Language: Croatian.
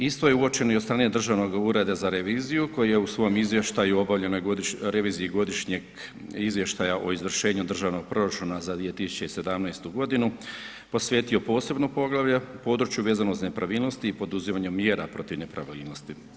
Isto je uočeno i od strane Državnog ureda za reviziju koje je u svom izvještaju obavljen na reviziji godišnjeg izvještaja o izvršenju državnog proračuna za 2017. g. posvetio posebno poglavlje u području vezano za nepravilnosti i poduzimanju mjera protiv nepravilnosti.